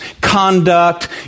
conduct